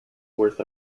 worth